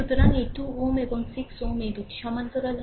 সুতরাং এই 2 Ω এবং 6 Ω এই 2 সমান্তরাল হয়